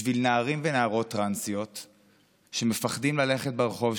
בשביל נערים ונערות טרנסיות שמפחדים ללכת ברחוב,